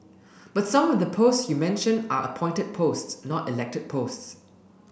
but some of the post you mention are appointed posts not elected posts